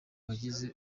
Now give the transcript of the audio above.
bagize